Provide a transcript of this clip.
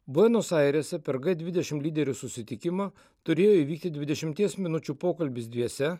buenos airėse per g dvidešimt lyderių susitikimo turėjo įvykti dvidešimties minučių pokalbis dviese